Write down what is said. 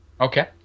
okay